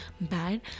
bad